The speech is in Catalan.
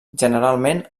generalment